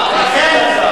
מה אסד עשה?